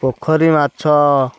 ପୋଖରୀ ମାଛ